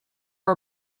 for